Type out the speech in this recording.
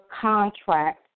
contract